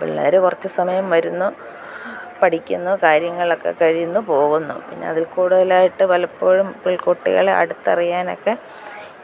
പിള്ളേർ കുറച്ച് സമയം വരുന്നു പഠിക്കുന്നു കാര്യങ്ങളൊക്കെ കഴിയുന്നു പോകുന്നു പിന്നെ അതിൽ കൂടുതലായിട്ട് പലപ്പോഴും ഇപ്പം ഈ കുട്ടികളെ അടുത്തറിയാനൊക്കെ